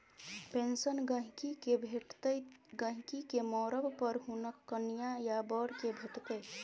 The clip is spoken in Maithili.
पेंशन गहिंकी केँ भेटतै गहिंकी केँ मरब पर हुनक कनियाँ या बर केँ भेटतै